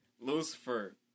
Lucifer